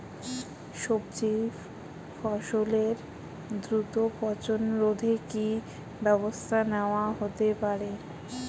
সবজি ফসলের দ্রুত পচন রোধে কি ব্যবস্থা নেয়া হতে পারে?